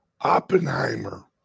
Oppenheimer